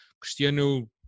Cristiano